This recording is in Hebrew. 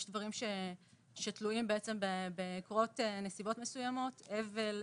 יש דברים שתלויים בקרות נסיבות מסוימות אבל,